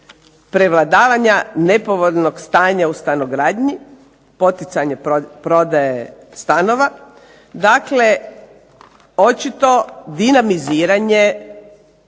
prevladavanja nepovoljnog stanja u stanogradnji, poticanje prodaje stanova. Dakle, očito dinamiziranje